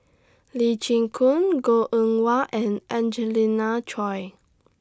Lee Chin Koon Goh Eng Wah and Angelina Choy